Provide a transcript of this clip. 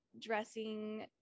dressing